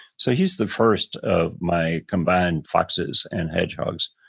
so he's the first of my combined foxes and hedgehogs,